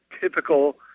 typical